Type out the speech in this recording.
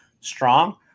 strong